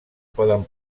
poden